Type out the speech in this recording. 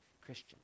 Christian